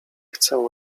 chcę